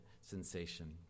sensation